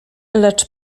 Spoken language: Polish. lecz